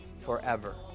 forever